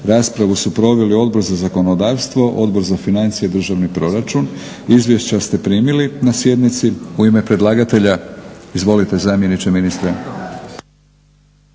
Raspravu su proveli Odbor za zakonodavstvo, Odbor za financije, državni proračun. Izvješća ste primili na sjednici. U ime predlagatelja izvolite zamjeniče ministra.